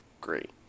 great